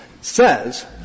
says